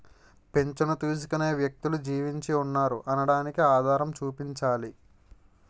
పింఛను తీసుకునే వ్యక్తులు జీవించి ఉన్నారు అనడానికి ఆధారం చూపించాలి